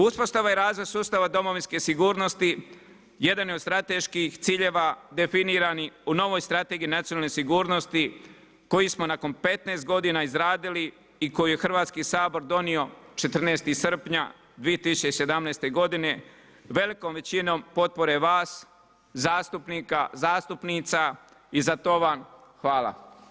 Uspostava i razvoj sustava Domovinske sigurnosti jedan je od strateških ciljeva definirani u novoj Strategiji nacionalne sigurnosti koji smo nakon 15 godina izradili i koju je Hrvatski sabor donio 14. srpnja 2017. godine velikom većinom potpore vas zastupnika, zastupnica i za to vama hvala.